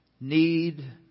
need